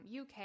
uk